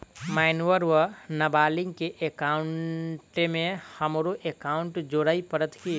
Minor वा नबालिग केँ एकाउंटमे हमरो एकाउन्ट जोड़य पड़त की?